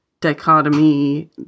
dichotomy